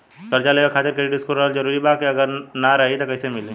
कर्जा लेवे खातिर क्रेडिट स्कोर रहल जरूरी बा अगर ना रही त कैसे मिली?